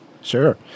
Sure